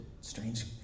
strange